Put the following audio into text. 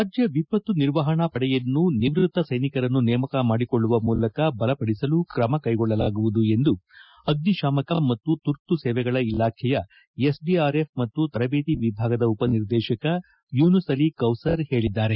ರಾಜ್ಯ ವಿಪತ್ತು ನಿರ್ವಹಣಾ ಪಡೆಯನ್ನು ನಿವೃತ್ತ ಸೈನಿಕರನ್ನು ನೇಮಕ ಮಾಡಿಕೊಳ್ಳುವ ಮೂಲಕ ಬಲಪಡಿಸಲು ಕ್ರಮ ಕೈಗೊಳ್ಳಲಾಗುವುದು ಎಂದು ಅಗ್ನಿಶಾಮಕ ಮತ್ತು ತುರ್ತು ಸೇವೆಗಳ ಇಲಾಖೆಯ ಎಸ್ಡಿಆರ್ಎಫ್ ಮತ್ತು ತರಬೇತಿ ವಿಭಾಗದ ಉಪನಿರ್ದೇಶಕ ಯೂನುಸ್ ಅಲಿ ಕೌಸರ್ ಹೇಳಿದ್ದಾರೆ